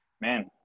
man